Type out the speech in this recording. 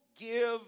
give